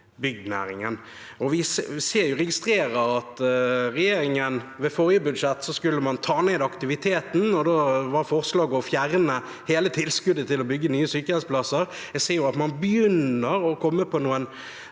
Vi registrerer at regjeringen ved forrige budsjett skulle ta ned aktiviteten, og da var forslaget å fjerne hele tilskuddet til å bygge nye sykehjemsplasser. Jeg ser at man begynner å komme på